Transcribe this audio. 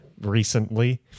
recently